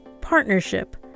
partnership